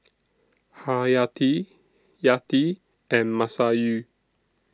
Haryati Yati and Masayu